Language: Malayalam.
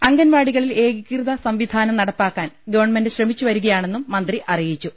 അംഗൻവാടിക ളിൽ ഏകീകൃത സംവിധാനം നടപ്പാക്കാൻ ഗവൺമെന്റ് ശ്രമിച്ചുവരിക യാണെന്നും മന്ത്രി അറിയിച്ചു